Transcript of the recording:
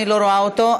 אני לא רואה אותו.